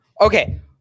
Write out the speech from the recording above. okay